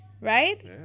right